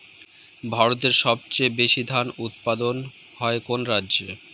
ভারতের সবচেয়ে বেশী ধান উৎপাদন হয় কোন রাজ্যে?